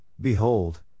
behold